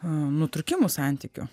nutrūkimų santykių